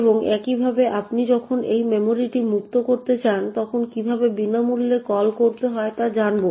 এবং একইভাবে আপনি যখন সেই মেমরিটি মুক্ত করতে চান তখন কীভাবে বিনামূল্যে কল করতে হয় তা জানবো